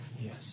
Yes